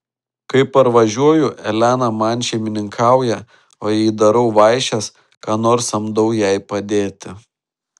kai parvažiuoju elena man šeimininkauja o jei darau vaišes ką nors samdau jai padėti